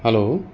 hello